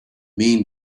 mean